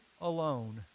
alone